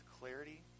clarity